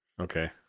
Okay